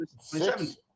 six